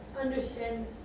Understand